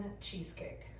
cheesecake